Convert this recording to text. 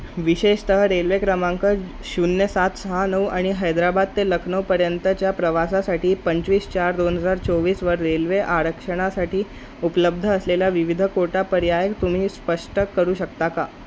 विशेषतः रेल्वे क्रमांक शून्य सात सहा नऊ आणि हैदराबाद ते लखनऊपर्यंतच्या प्रवासासाठी पंचवीस चार दोन हजार चोवीसवर रेल्वे आरक्षणासाठी उपलब्ध असलेला विविध कोटा पर्याय तुम्ही स्पष्ट करू शकता का